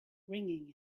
ringing